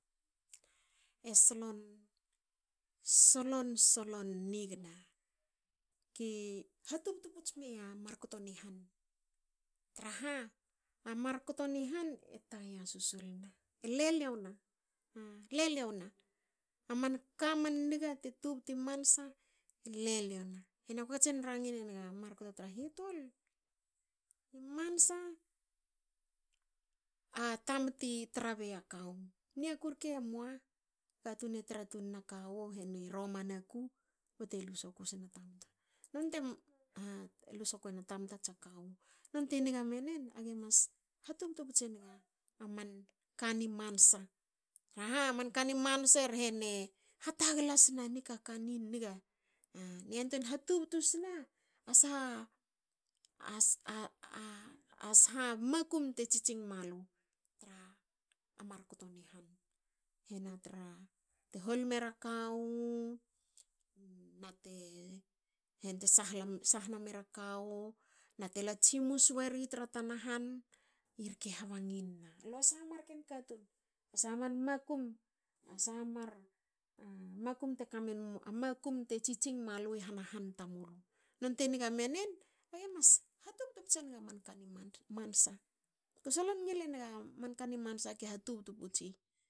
E solon solon solon nigna ki ha tubtu puts mia markto ni han traha a markto ni han e taya susulna. e leliou na. Hena ko katsin rangi nenga markto tra hitul i mansa a tamti tra beya kawu. I niaku rke emua. katun e tra tunna kawu heni romana ku bte lu soku sna kawu nonte na lu sokuena tamta tsa kawu. Nonte niga menen age mas ha tubtu puts enga manka ni mansa traha a manka ni mansa e rhene hatagala sna nikaka niniga. ne yantuen ha tubtu sna a sha- sha makum te tsitsing malu tra mar kto ni han. Hena tra te hol mera kawu. na te sahna mera kawu nate la tsimus weri tra tana han irke habangin na lua sha mar katun. sha man makum. a sha mar makum te kamenen. makum te tsitsing malu i hanahan tamulu. Nonte nge menen age mas ha tubtu puts enga manka ni mansa. Ko solon ngil enga manka ni mansa ke ha tubtu putsi